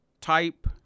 type